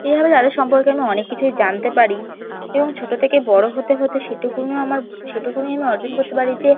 এভাবে তাদের সম্পর্কে আমি অনেক কিছুই জানতে পারি এবং ছোট থেকে বড় হতে হতে সেটুকুনিও আমার সেটুকুনি আমি অর্জন করতে পারি যে